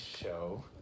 show